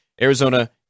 Arizona